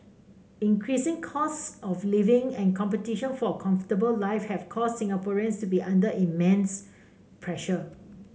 increasing costs of living and competition for a comfortable life have caused Singaporeans to be under immense pressure